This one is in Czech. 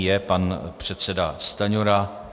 Je pan předseda Stanjura.